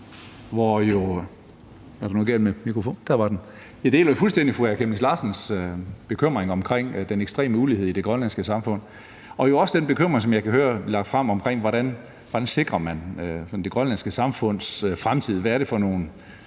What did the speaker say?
Værsgo. Kl. 14:26 Karsten Hønge (SF): Jeg deler jo fuldstændig fru Aaja Chemnitz Larsens bekymringer om den ekstreme ulighed i det grønlandske samfund og jo også den bekymring, som jeg kan høre lægges frem, omkring, hvordan man sikrer det grønlandske samfunds fremtid: Hvad er det for nogle